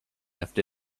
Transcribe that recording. left